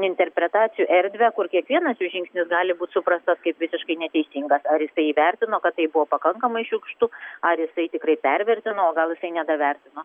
interpretacijų erdvę kur kiekvienas jų žingsnis gali būt suprastas kaip visiškai neteisingas ar jisai įvertino kad tai buvo pakankamai šiurkštu ar jisai tikrai pervertino o gal jisai nedavertino